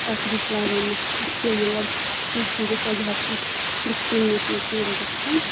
تکلیٖف لَگان نَہ چھُ اَسہِ مَطلَب کٲنٛسہِ ہِنٛدِس وجہَس پؠٹھ ڈِسکرمنیشن فیٖل گژھان